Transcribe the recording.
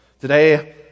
Today